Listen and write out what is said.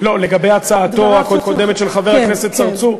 לגבי הצעתו הקודמת של חבר הכנסת צרצור?